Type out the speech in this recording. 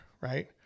right